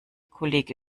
kollege